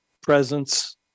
presence